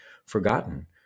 forgotten